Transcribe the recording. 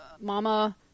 Mama